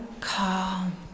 calm